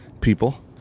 people